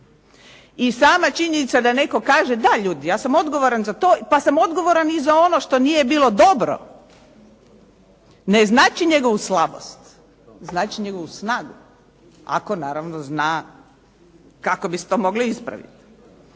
I sama činjenica da netko kaže da ljudi, ja sam odgovoran za to pa sam odgovoran i za ono što nije bilo dobro ne znači njegovu slabost, znači njegovu snagu. Ako naravno zna kako bi se to moglo ispraviti.